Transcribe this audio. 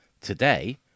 today